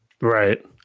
Right